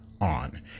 on